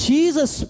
Jesus